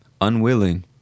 unwilling